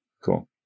Cool